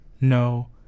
No